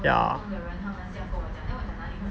ya